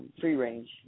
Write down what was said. free-range